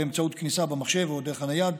באמצעות כניסה במחשב או דרך הנייד,